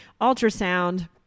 ultrasound